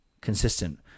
consistent